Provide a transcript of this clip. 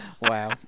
Wow